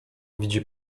widzi